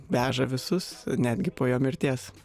veža visus netgi po jo mirties